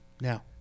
Now